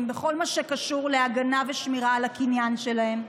בכל מה שקשור להגנה ושמירה על הקניין שלהם,